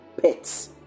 pets